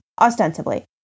ostensibly